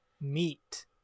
meat